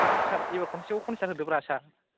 हाब सार एबार खनसेआव कन्सिदार होदोब्रा सार